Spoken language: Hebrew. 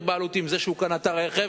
בעלות עם זה שהוא קנה ממנו את הרכב,